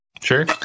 Sure